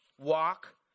Walk